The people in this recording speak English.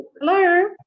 hello